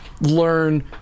learn